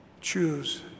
choose